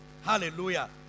Hallelujah